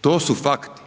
To su fakti.